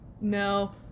No